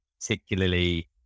particularly